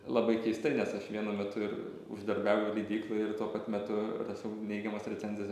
labai keistai nes aš vienu metu ir uždarbiauju leidykloj ir tuo pat metu rašau neigiamas recenzijas